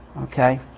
Okay